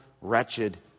wretched